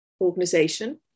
organization